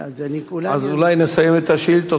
אז אולי נסיים את השאילתות.